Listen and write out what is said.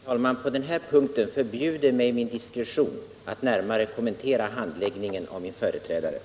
Herr talman! På den här punkten förbjuder mig min diskretion att närmare kommentera min företrädares handläggning.